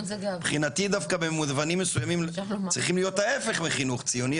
מבחינתי דווקא במובנים מסויימים צריכים להיות ההיפך מחינוך ציוני.